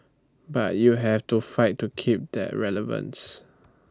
but you have to fight to keep that relevance